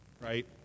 right